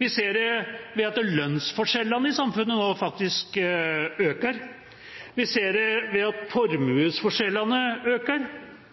Vi ser det ved at lønnsforskjellene i samfunnet nå faktisk øker. Vi ser det ved at forskjellene i formue øker.